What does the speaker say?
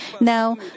Now